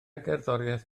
gerddoriaeth